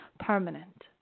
permanent